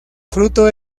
fruto